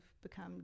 become